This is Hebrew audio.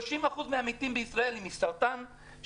30% מהמתים בישראל הם מסרטן,